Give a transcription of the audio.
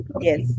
Yes